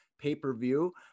pay-per-view